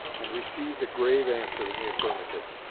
and received a grave answer in the affirmative.